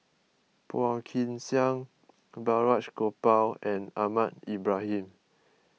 Phua Kin Siang Balraj Gopal and Ahmad Ibrahim